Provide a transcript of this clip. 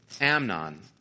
Amnon